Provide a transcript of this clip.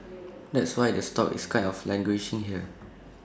that's why the stock is kind of languishing here